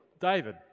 David